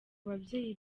babyeyi